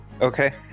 okay